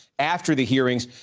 after the hearings.